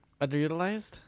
Underutilized